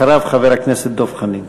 אחריו, חבר הכנסת דב חנין.